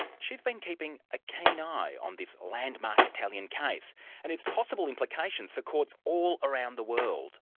she's been keeping a keen eye on this landmark italian case and its possible implications for courts all around the world.